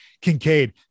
kincaid